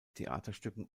theaterstücken